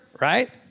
right